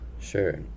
Sure